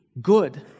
good